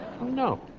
No